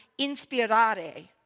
inspirare